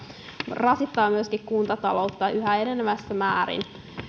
rasittavat myöskin kuntataloutta yhä enenevässä määrin niin